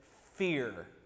fear